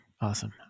Awesome